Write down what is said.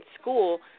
school